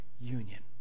union